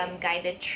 guided